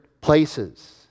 places